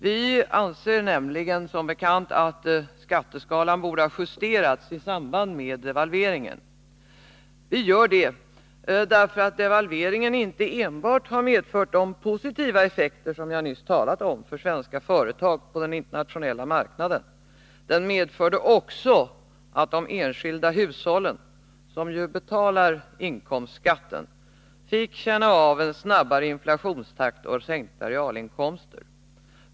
Vi anser nämligen som bekant att skatteskalan borde ha justerats i samband med devalveringen. Det gör vi därför att devalveringen har medfört inte enbart positiva effekter, som jag nyss talat om, för svenska företag på den internationella marknaden. Den medförde också att de enskilda hushållen, som ju betalar inkomstskatten, fick känna av en snabbare inflationstakt och sänkta realinkomster.